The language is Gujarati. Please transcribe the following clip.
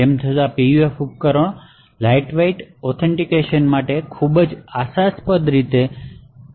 તેમ છતાં PUF ઉપકરણો લાઇટ વેટ ઑથેનટીકેશન માટેની ખૂબ જ આશાસ્પદ રીત છે